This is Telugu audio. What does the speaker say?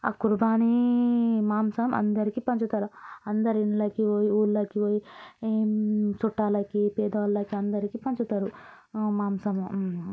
ఆ కుర్బానీ మాంసం అందరికి పంచుతారు అందరి ఇంళ్ళకి పోయి అందరు ఊళ్ళకు పోయి చుట్టాలకి పేదవాళ్ళకి అందరికి పంచుతారు ఆ మాంసము